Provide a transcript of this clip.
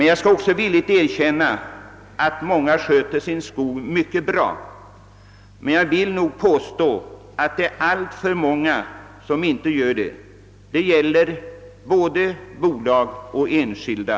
Jag skall också villigt erkänna att många sköter sin skog mycket bra, men jag vill nog påstå att det är alltför många som inte gör det. Detta gäller både bolag och enskilda.